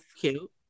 cute